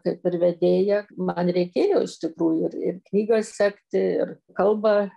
kaip ir vedėja man reikėjo iš tikrųjų ir ir knygas sekti ir kalbą